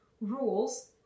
rules